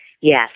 Yes